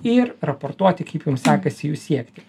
ir raportuoti kaip jums sekasi jų siekti